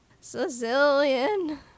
Sicilian